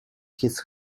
his